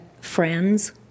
friends